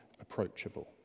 approachable